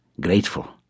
grateful